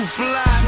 fly